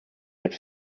would